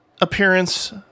appearance